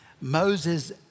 Moses